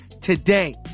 today